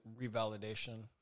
revalidation